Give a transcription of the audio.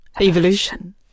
evolution